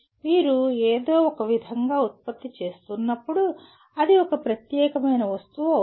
మీరు ఏదో ఒకవిధంగా ఉత్పత్తి చేస్తున్నప్పుడు అది ఒక ప్రత్యేకమైన వస్తువు అవుతుంది